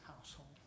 household